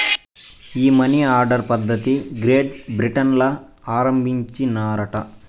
ఈ money order పద్ధతిది Great Britain ల ఆరంబించినారట